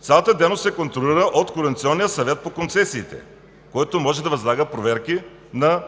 цялата дейност се контролира от Координационния съвет по концесиите, който може да възлага проверки на